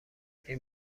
این